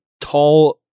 tall